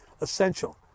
essential